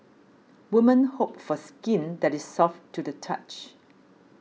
women hope for skin that is soft to the touch